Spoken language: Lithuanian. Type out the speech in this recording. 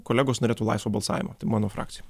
kolegos norėtų laisvo balsavimo tai mano frakcijoj